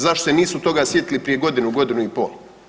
Zašto se nisu toga sjetili prije godinu, godinu i pol?